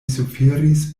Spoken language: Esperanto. suferis